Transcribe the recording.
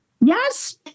Yes